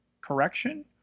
correction